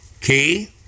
Key